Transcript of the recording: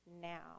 now